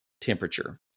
temperature